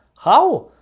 how?